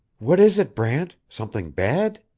what is it, brant? something bad?